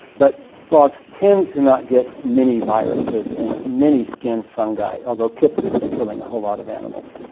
but frogs tend to not get many viruses and many skin fungi, although chytrid is killing a whole lot of animals,